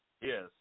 Yes